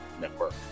Network